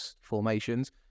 formations